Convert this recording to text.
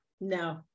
No